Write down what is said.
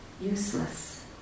useless